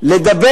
לומר